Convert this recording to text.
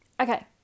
Okay